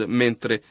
mentre